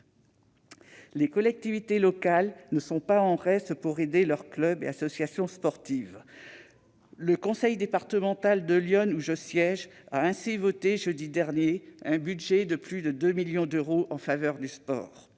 Les collectivités locales ne sont pas en reste pour aider leurs clubs et associations sportives. Le conseil départemental de l'Yonne, où je siège, a ainsi voté jeudi dernier un budget de plus de 2 millions d'euros en faveur du sport.